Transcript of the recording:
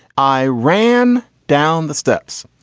i ran down the steps.